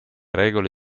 regole